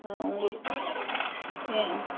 ஆ உங்களுக்கு வேணும்